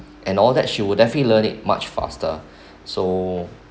and all that she would definitely learn it much faster so